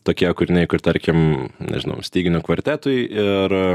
tokie kūriniai kur tarkim nežinau styginių kvartetui ir